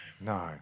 No